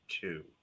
two